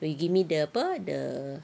we give me the apa the